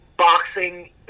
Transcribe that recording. boxing